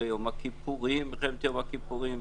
למלחמת יום הכיפורים.